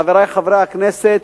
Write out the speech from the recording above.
חברי חברי הכנסת,